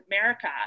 America